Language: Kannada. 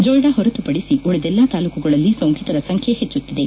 ಜೊಯಿಡಾ ಹೊರತುಪಡಿಸಿ ಉಳಿದೆಲ್ಲಾ ತಾಲೂಕುಗಳಲ್ಲಿ ಸೊಂಕಿತರ ಸಂಖ್ಯೆ ಹೆಚ್ಚುತ್ತಿದೆ